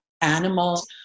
animals